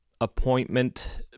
appointment